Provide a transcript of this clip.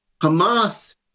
Hamas